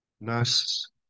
Nice